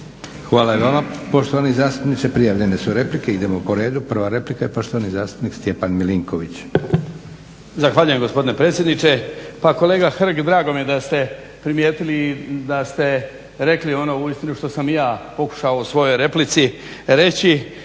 Hvala i vama poštovani zastupniče. Prijavljene su replike, idemo po redu. Prva replika i poštovan zastupnik Stjepan Milinković. **Milinković, Stjepan (HDZ)** Zahvaljujem gospodine predsjedniče. Pa kolega Hrg drago mi je da ste primijetili i da ste rekli ono uistinu što sam i ja pokušao u svojoj replici reći.